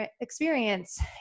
experience